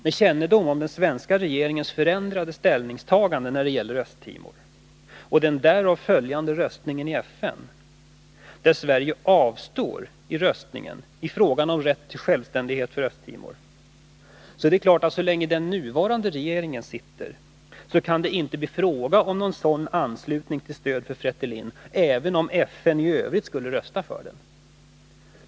Med kännedom om den svenska regeringens förändrade ställningstagande när det gäller Östtimor och röstningen i FN om rätt till självständighet för Östtimor, där Sverige avstod, är det klart att det så länge den nuvarande regeringen sitter inte kan bli fråga om någon sådan anslutning till stöd för Fretilin, även om FN i övrigt skulle rösta för det.